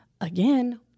again